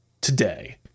today